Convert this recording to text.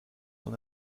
son